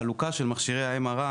למשל, החלוקה של מכשירי ה-MRI: